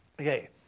okay